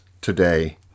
today